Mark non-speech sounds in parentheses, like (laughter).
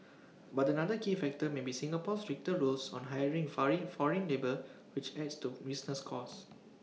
but another key factor may be Singapore's stricter rules on hiring (unintelligible) foreign labour which adds to business costs